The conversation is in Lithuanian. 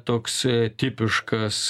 toks tipiškas